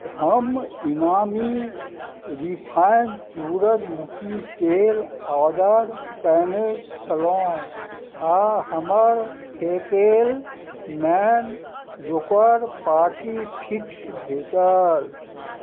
हम इनामी रिफाइन सूरजमुखी तेल ऑर्डर कयने छलहुॅं आ हमर फेकेलमेन पार्टी फिक्स भेटल